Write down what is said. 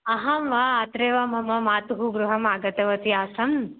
अहं वा अत्रैव मम मातुः गृहम् आगतवती आसम्